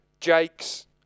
Jake's